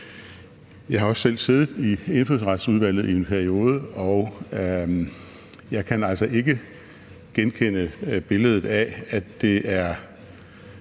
Jeg har også selv siddet i Indfødsretsudvalget i en periode, og jeg kan altså ikke genkende billedet af, at det er